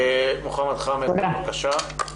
מוחמד חאמד בבקשה.